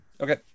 okay